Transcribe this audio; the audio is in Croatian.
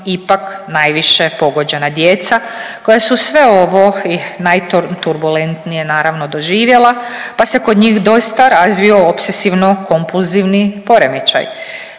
ipak najviše pogođena djeca koja su sve ovo i najturbulentnije naravno doživjela, pa se kod njih dosta razvio opsesivno kompluzivni poremećaj.